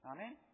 Amen